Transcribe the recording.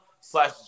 slash